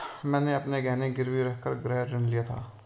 मैंने अपने गहने गिरवी रखकर गृह ऋण लिया था